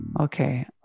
Okay